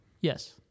Yes